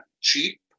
cheap